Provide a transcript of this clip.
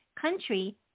country